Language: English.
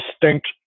distinct